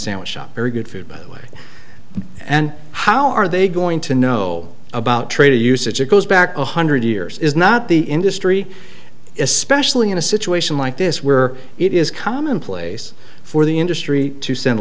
sandwich shop very good food by the way and how are they going to know about trader usage it goes back one hundred years is not the industry especially in a situation like this where it is commonplace for the industry to send